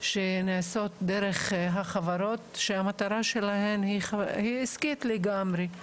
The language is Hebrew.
שנעשות דרך החברות שהמטרה שלהן היא עסקית לגמרי,